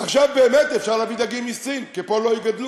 עכשיו באמת אפשר להביא דגים מסין, כי פה לא יגדלו.